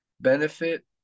benefit